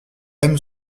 aime